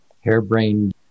harebrained